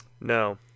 No